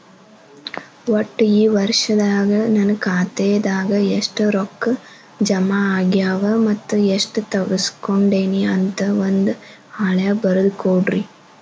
ಒಟ್ಟ ಈ ವರ್ಷದಾಗ ನನ್ನ ಖಾತೆದಾಗ ಎಷ್ಟ ರೊಕ್ಕ ಜಮಾ ಆಗ್ಯಾವ ಮತ್ತ ಎಷ್ಟ ತಗಸ್ಕೊಂಡೇನಿ ಅಂತ ಒಂದ್ ಹಾಳ್ಯಾಗ ಬರದ ಕೊಡ್ರಿ